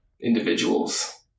individuals